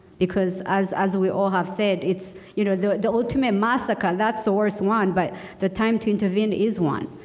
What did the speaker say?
because as as we all have said it's you know the the ultimate massacre that's the worst one. but the time to intervene is one.